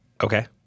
Okay